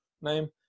name